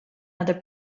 other